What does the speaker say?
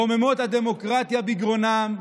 רוממות הדמוקרטיה בגרונם,